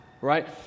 right